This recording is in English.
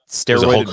steroid